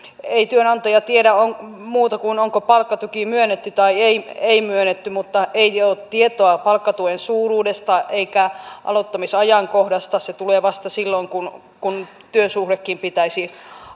ei työnantaja tiedä muuta kuin sen onko palkkatuki myönnetty vai ei mutta ei ole tietoa palkkatuen suuruudesta eikä aloittamisajankohdasta se tulee vasta silloin kun kun työsuhteenkin pitäisi